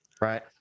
Right